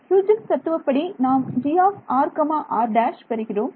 Huygens தத்துவப்படி நாம் gr r′ பெறுகிறோம்